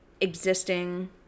existing